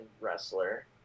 wrestler